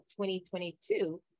2022